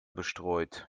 bestreut